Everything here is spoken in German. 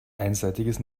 einseitiges